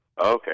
Okay